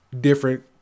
different